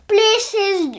Places